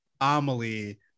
Amelie